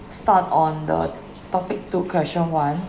start on the topic two question one